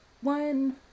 one